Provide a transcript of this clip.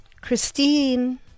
Christine